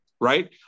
Right